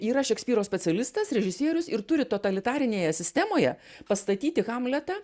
yra šekspyro specialistas režisierius ir turi totalitarinėje sistemoje pastatyti hamletą